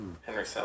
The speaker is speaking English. Henry